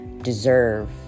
deserve